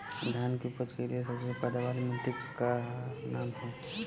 धान की उपज के लिए सबसे पैदावार वाली मिट्टी क का नाम ह?